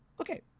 Okay